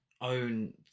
own